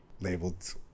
labeled